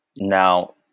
Now